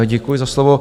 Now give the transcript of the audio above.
Děkuji za slovo.